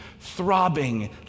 throbbing